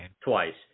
twice